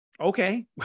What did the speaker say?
okay